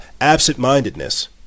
absent-mindedness